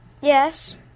Yes